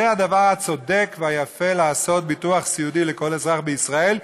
זה הדבר הצודק והיפה לעשות: ביטוח סיעודי לכל אזרח בישראל.